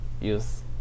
use